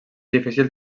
difícil